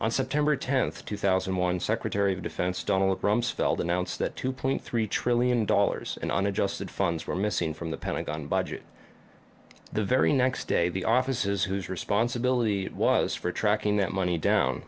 on september tenth two thousand and one secretary of defense donald rumsfeld announced that two point three trillion dollars in unadjusted funds were missing from the pentagon budget the very next day the offices whose responsibility was for tracking that money down